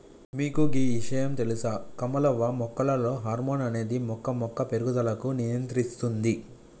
మీకు గీ ఇషయాం తెలుస కమలవ్వ మొక్కలలో హార్మోన్ అనేది మొక్క యొక్క పేరుగుదలకు నియంత్రిస్తుంది